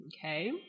Okay